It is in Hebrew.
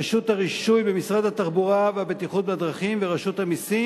רשות הרישוי במשרד התחבורה והבטיחות בדרכים ורשות המסים.